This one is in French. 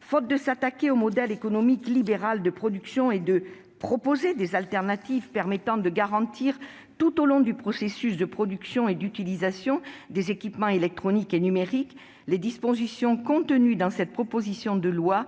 Faute de s'attaquer au modèle économique libéral de production et de proposer des alternatives permettant de garantir tout au long du processus de production et d'utilisation des équipements électroniques numériques un usage plus vertueux, les dispositions contenues dans cette proposition de loi